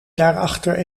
daarachter